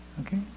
okay